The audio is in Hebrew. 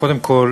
הכנסת איציק